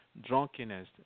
drunkenness